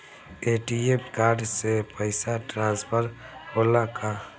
ATM card से पैसा transfer होला का?